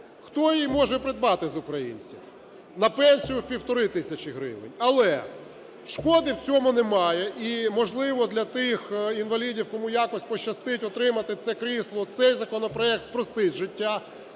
Хто її може придбати з українців на пенсію півтори тисячі гривень? Але шкоди в цьому немає, і можливо, для тих інвалідів, кому якось пощастить отримати це крісло, цей законопроект спростить життя.